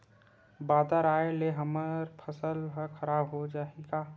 बादर आय ले हमर फसल ह खराब हो जाहि का?